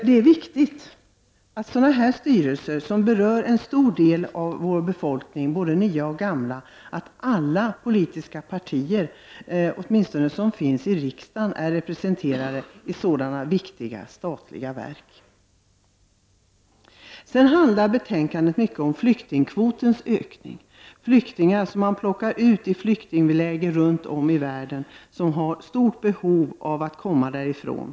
Det är viktigt att åtminstone alla riksdagspartier är representerade i styrelsen för statliga verk vars verksamhet berör en stor del av vår befolkning, både gamla och nya svenskar. Betänkandet handlar mycket om en ökning av flyktingkvoten. Det finns i läger runt om i världen flyktingar som har ett stort behov av att komma därifrån.